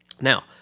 Now